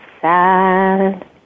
sad